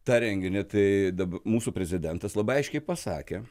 tą renginį tai daba mūsų prezidentas labai aiškiai pasakė